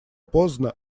поздно